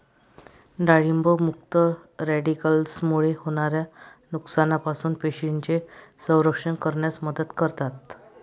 डाळिंब मुक्त रॅडिकल्समुळे होणाऱ्या नुकसानापासून पेशींचे संरक्षण करण्यास मदत करतात